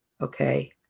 okay